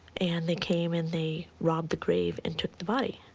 and they came. and they robbed the grave, and took the body.